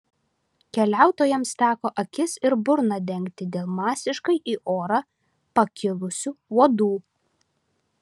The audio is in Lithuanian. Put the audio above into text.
keliautojams teko akis ir burną dengti dėl masiškai į orą pakilusių uodų